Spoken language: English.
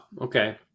okay